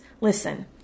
Listen